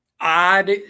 odd